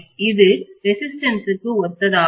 இது ரெசிஸ்டன்ஸ்க்கு ஒத்ததாகும்